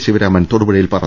ശിവരാമൻ തൊടുപുഴയിൽ പറ